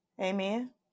Amen